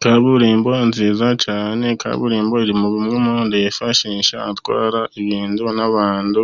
Kaburimbo nziza cyane. Kaburimbo iri muri bimwe umuntu yifashisha atwara ibintu n'abantu.